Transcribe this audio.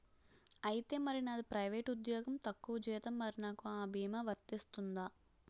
ఐతే మరి నాది ప్రైవేట్ ఉద్యోగం తక్కువ జీతం మరి నాకు అ భీమా వర్తిస్తుందా?